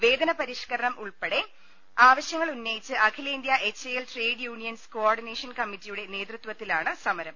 വേതന പരിഷ്ക രണം ഉൾപ്പെടെ ആവശൃങ്ങളുന്നയിച്ച് അഖിലേന്തൃ H A L trade unions coordination കമ്മറ്റിയുടെ നേതൃത്വത്തിലാണ് സമരം